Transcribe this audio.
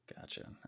Gotcha